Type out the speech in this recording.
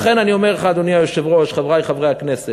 לכן אני אומר, אדוני היושב-ראש, חברי חברי הכנסת,